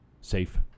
safe